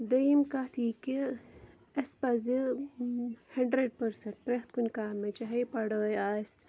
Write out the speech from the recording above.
دوٚیِم کَتھ یہِ کہِ اَسہِ پَزِ ہَنٛڈرڈ پٔرسَنٛٹ پرٛتھ کُنہِ کامہِ منٛز چاہے پَڑٲے آسہِ